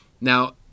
Now